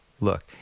look